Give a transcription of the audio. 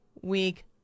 week